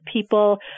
people